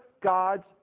God's